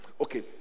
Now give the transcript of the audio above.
Okay